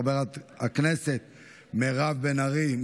חברת הכנסת מירב בן ארי,